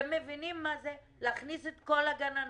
אתם מבינים מה זה להכניס את כל הגננות,